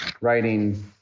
writing